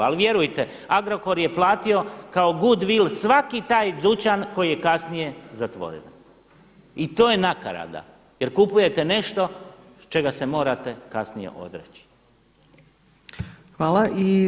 Ali vjerujte Agrokor je platio kao goodwill svaki taj dućan koji je kasnije zatvorio i to je nakarada jer kupujete nešto čega se morate kasnije odreći.